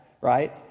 right